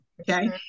Okay